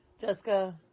Jessica